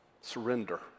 Surrender